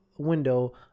window